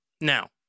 Now